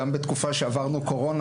גם בתקופה שעברנו קורונה,